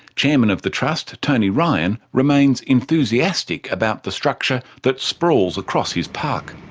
chairman of the trust tony ryan remains enthusiastic about the structure that sprawls across his park.